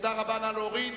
תודה רבה.